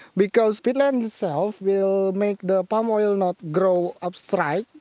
because peatland itself will make the palm oil not grow up straight,